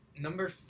Number